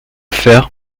faire